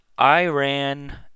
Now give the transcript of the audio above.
iran